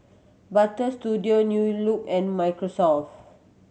Butter Studio New Look and Microsoft